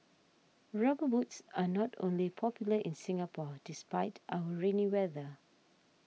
rubber boots are not only popular in Singapore despite our rainy weather